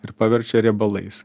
ir paverčia riebalais